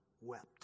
wept